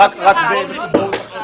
רק --- מחשבתית.